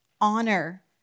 Honor